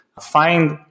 find